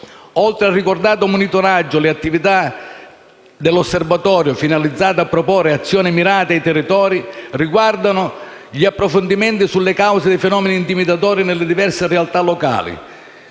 Oltre al ricordato monitoraggio, le attività dell'Osservatorio, finalizzate a proporre azioni mirate ai territori, riguardano gli approfondimenti sulle cause dei fenomeni intimidatori nelle diverse realtà locali.